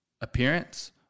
appearance